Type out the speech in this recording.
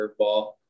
curveball